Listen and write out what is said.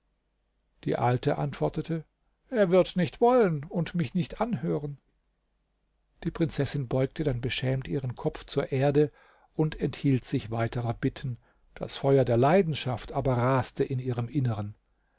die alte antwortete er wird nicht wollen und mich nicht anhören die prinzessin beugte dann beschämt ihren kopf zur erde und enthielt sich weiterer bitten das feuer der leidenschaft aber raste in ihrem inneren